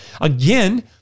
again